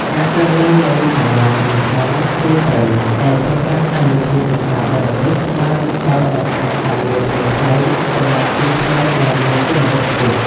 ការកើនឡើងនៃសាលាចំណេះដឹងទូទៅដែលប្រើប្រាស់កម្មវិធីសិក្សាបរទេស បានបើកឱកាសការងារថ្មីៗសម្រាប់គ្រូខ្មែរដែលមានគុណវុឌ្ឍខ្ពស់។